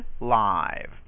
live